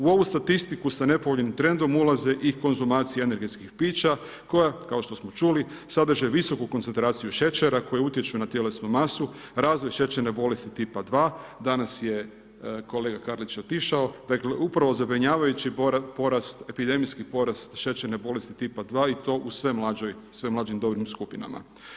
U ovu statistiku se nepovoljnim trendom ulaze i konzumacije energetskih pića koja kao što smo čuli sadrže visoku koncentraciju šećera koje utječu na tjelesnu masu, razvoj šećerne bolesti tipa 2, danas je kolega Karlić je otišao, dakle upravo zabrinjavajući porast, epidemijski porast šećerne bolesti tipa 2 i to u sve mlađim dobnim skupinama.